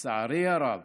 לצערי הרב,